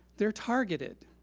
they're targeted.